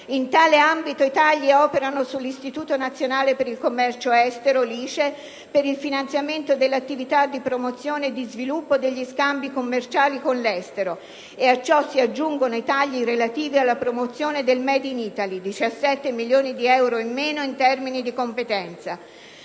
in tale ambito i tagli operano sull'Istituto nazionale per il commercio estero (ICE) per il finanziamento dell'attività di promozione e di sviluppo degli scambi commerciali con l'estero e a ciò si aggiungono i tagli relativi alla promozione del *made in Italy* (17 milioni di euro in meno in termini di competenza).